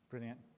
Brilliant